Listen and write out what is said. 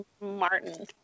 Martin